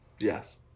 yes